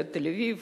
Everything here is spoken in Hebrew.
לתל-אביב,